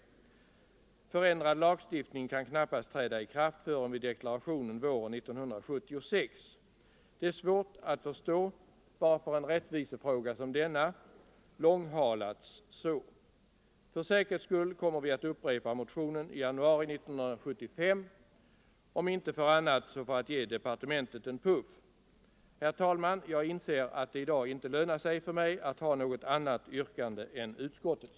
Förändrad lagstiftning kan knappast träda i kraft förrän vid deklarationen våren 1976. Det är svårt att förstå varför en rättvisefråga som denna långhalats så. För säkerhets skull kommer vi att upprepa motionen i januari 1975 - om inte för annat så för att ge departementet en puff. Herr talman! Jag inser att det i dag inte lönar sig för mig att ha något annat yrkande än utskottets.